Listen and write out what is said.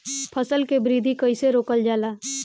फसल के वृद्धि कइसे रोकल जाला?